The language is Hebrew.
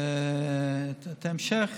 בהמשך